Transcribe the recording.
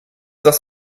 das